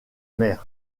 mer